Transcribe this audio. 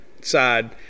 side